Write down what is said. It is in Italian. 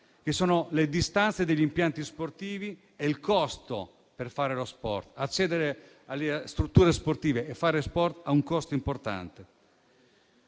che riguardano le distanze degli impianti sportivi e il costo per praticare lo sport: accedere alle strutture sportive per fare sport ha un costo importante.